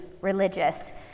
religious